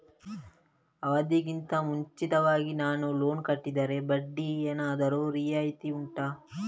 ಅವಧಿ ಗಿಂತ ಮುಂಚಿತವಾಗಿ ನಾನು ಲೋನ್ ಕಟ್ಟಿದರೆ ಬಡ್ಡಿ ಏನಾದರೂ ರಿಯಾಯಿತಿ ಉಂಟಾ